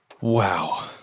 Wow